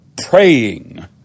praying